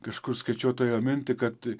kažkur skaičiau tą jo mintį kad